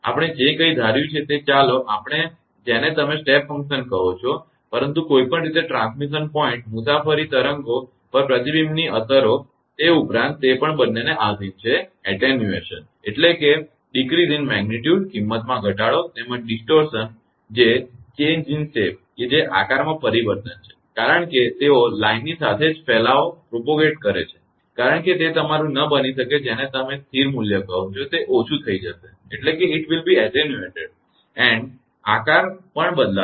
આપણે જે કંઇ ધાર્યું છે તે ચાલો આપણે જેને તમે સ્ટેપ ફંક્શન કહો છો પરંતુ કોઈપણ રીતે ટ્રાન્સમિશન પોઇન્ટ મુસાફરી તરંગો પર પ્રતિબિંબની અસરો ઉપરાંત તે પણ બંનેને આધીન છે એટેન્યુએશન કિંમતમાં ઘટાડો તેમજ ડિસ્ટોરશન જે આકારમાં પરિવર્તન છે કારણકે તેઓ લાઇનની સાથે જ ફેલાવો કરે છે કારણ કે તે તમારું ન બની શકે જેને તમે સ્થિર મૂલ્ય કહો છો તે ઓછું થઈ જશે અને આકાર પણ બદલાશે